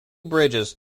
bridges